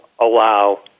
allow